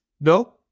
No